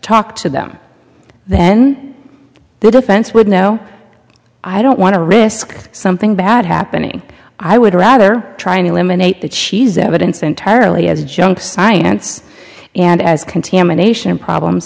talk to them then the defense would know i don't want to risk something bad happening i would rather try and eliminate that she's evidence entirely as junk science and as contamination problems